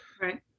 right